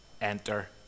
Enter